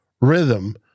rhythm